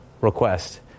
request